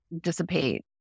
dissipate